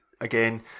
again